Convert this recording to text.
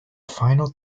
final